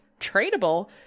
tradable